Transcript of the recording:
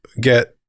get